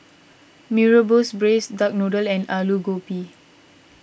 Nee Rebus Braised Duck Noodle and Aloo Gobi